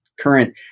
current